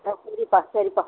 ஆ சரிப்பா சரிப்பா